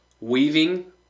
Weaving